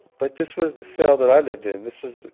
but this was the cell that i lived in. this was the,